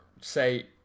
say